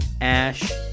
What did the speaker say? ash